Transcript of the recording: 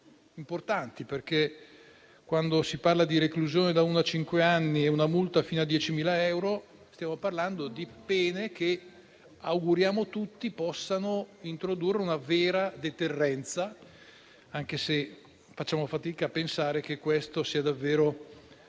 importanti, perché quando si parla di reclusione da uno a cinque anni e una multa fino a 10.000 euro, stiamo parlando di pene che ci auguriamo tutti possano introdurre una vera deterrenza, anche se facciamo fatica a pensare che questa sia davvero